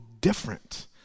different